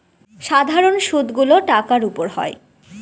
সাধারন সুদ গুলো টাকার উপর হয়